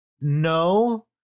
no